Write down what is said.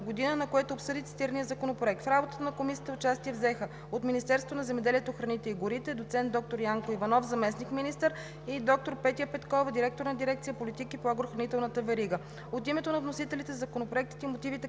г., на което обсъди цитирания законопроект. В работата на Комисията участие взеха от Министерството на земеделието, храните и горите: доцент доктор Янко Иванов – заместник-министър, и доктор Петя Петкова – директор на дирекция „Политики по агрохранителната верига“. От името на вносителите Законопроектът и мотивите